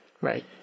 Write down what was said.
Right